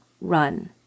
run